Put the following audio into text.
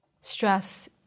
stress